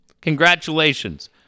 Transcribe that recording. Congratulations